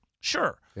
Sure